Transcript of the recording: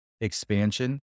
expansion